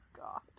God